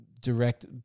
direct